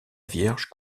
vierge